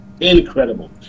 incredible